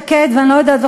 שקד ואני לא יודעת,